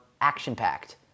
action-packed